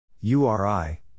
URI